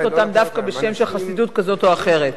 אותם דווקא בשם של חסידות כזאת או אחרת.